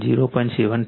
64 j 0